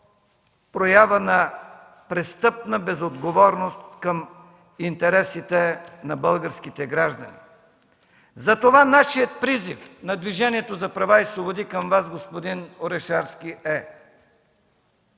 проява на престъпна безотговорност към интересите на българските граждани. Затова нашият призив – на Движението за права и свободи, към Вас, господин Орешарски, е: